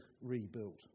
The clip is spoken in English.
rebuilt